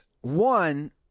One